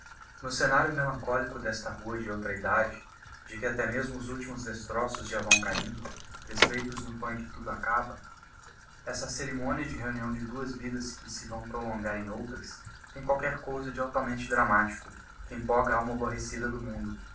no scenario melancólico desta rua de outra idade de que até mesmo os últimos destroços já vão cahindo desfeitos no pó em que tudo acaba essa cerimonia de reunião de duas vidas que se vão prolongar em outras tem qualquer cousa de altamente dramático que empolga a alma aborrecida do mundo